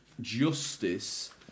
justice